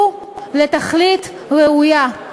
זה לתכלית ראויה.